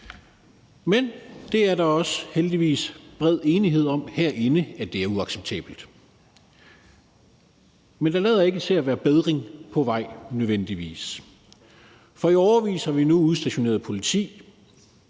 Der er heldigvis også bred enighed om herinde, at det er uacceptabelt, men der lader ikke nødvendigvis til at være bedring på vej. For i årevis har vi nu udstationeret politi,